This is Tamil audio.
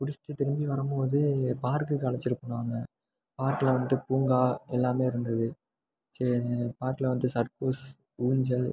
முடிச்சுட்டு திரும்பி வரும் போது பார்க்குக்கு அழைச்சிட்டு போனாங்க பார்க்கில் வந்துட்டு பூங்கா எல்லாமே இருந்தது ச்ச பார்க்கில் வந்து சர்க்கோஸ் ஊஞ்சல்